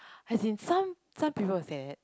have been some some people will said